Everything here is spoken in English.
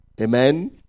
Amen